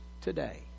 today